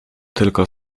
tylko